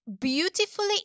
beautifully